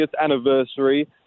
anniversary